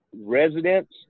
Residents